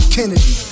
Kennedy